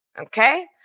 Okay